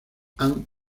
ann